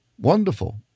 wonderful